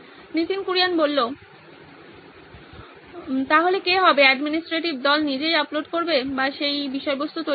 নীতিন কুরিয়ান তাহলে কে হবে অ্যাডমিনিস্ট্রেশন দল নিজেই আপলোড করবে বা সেই বিষয়বস্তু তৈরি করবে